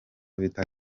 vita